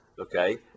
okay